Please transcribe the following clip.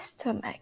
stomach